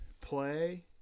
play